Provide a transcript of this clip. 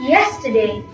Yesterday